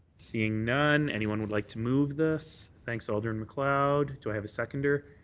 seeing none. anyone would like to move this. thanks, alderman macleod. do i have a seconder.